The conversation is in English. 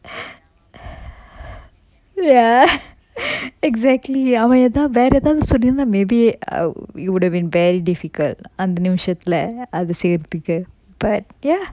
ya exactly அவன் எதா~ வேற எதாவது சொல்லி இருந்தா:avan etha~ vera ethavathu solli iruntha maybe err it would have been very difficult அந்த நிமிசத்துல அத செய்றதுக்கு:antha nimisathula atha seyrathukku but ya